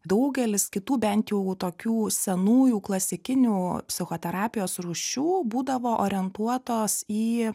daugelis kitų bent jau tokių senųjų klasikinių psichoterapijos rūšių būdavo orientuotos į